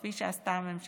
כפי שעשתה הממשלה.